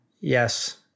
Yes